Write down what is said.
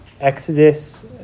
Exodus